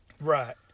Right